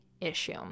issue